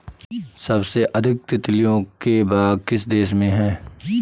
सबसे अधिक तितलियों के बाग किस देश में हैं?